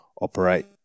operate